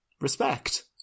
Respect